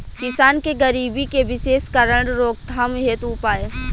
किसान के गरीबी के विशेष कारण रोकथाम हेतु उपाय?